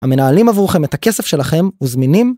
המנהלים עבורכם את הכסף שלכם, וזמינים.